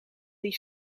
die